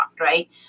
right